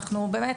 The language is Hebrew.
אנחנו באמת,